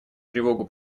тревогу